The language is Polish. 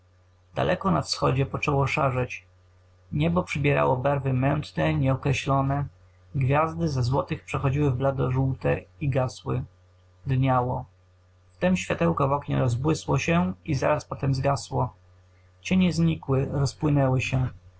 daleko na wschodzie poczęło szarzeć niebo przybierało barwy mętne nieokreślone gwiazdy ze złotych przechodziły w bladożółte i gasły dniało wtem światełko w oknie rozbłysło się i zaraz potem zgasło cienie znikły rozpłynęły